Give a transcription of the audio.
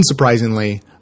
Unsurprisingly